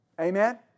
Amen